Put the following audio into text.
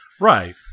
Right